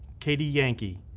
katie yankey,